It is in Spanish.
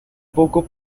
poco